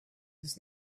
his